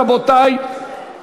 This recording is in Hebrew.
רבותי,